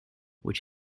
which